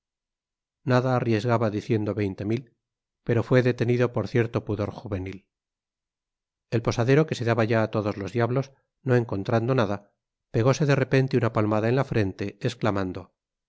nada arriesgaba diciendo veinte mil pero fué detenido por cierto pudor juvenil el posadero que se daba ya á todos los diablos no encontrando nada pegóse de repente una palmada en la frente esclamando